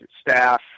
staff